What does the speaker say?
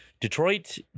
Detroit